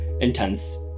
intense